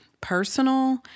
personal